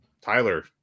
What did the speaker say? Tyler